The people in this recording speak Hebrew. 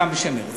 גם בשם מרצ.